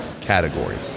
category